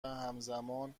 همزمان